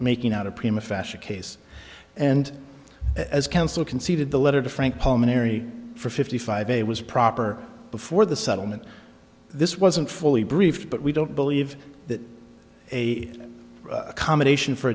making out a prima fashion case and as counsel conceded the letter to frank palminteri for fifty five a was proper before the settlement this wasn't fully briefed but we don't believe that a combination for